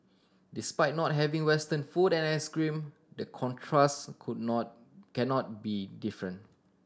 despite not having Western food and ice cream the contrast could not cannot be different